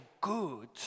good